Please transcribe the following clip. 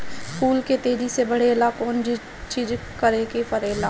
फूल के तेजी से बढ़े ला कौन चिज करे के परेला?